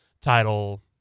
title